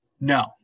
no